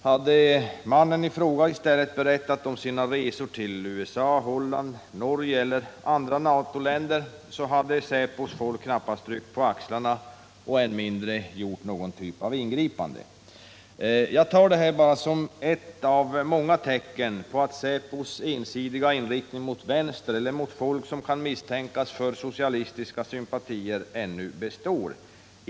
Hade mannen i fråga i stället berättat om resor till USA, Holland, Norge eller andra NATO-länder skulle säpos folk inte ens ryckt på axlarna, än mindre gjort något ingripande. Jag tar det bara som ett av många tecken på att säpos ensidiga inriktning mot vänster eller mot folk som kan misstänkas för socialistiska sympatier ännu består.